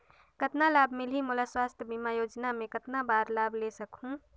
कतना लाभ मिलही मोला? स्वास्थ बीमा योजना मे कतना बार लाभ ले सकहूँ?